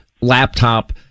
laptop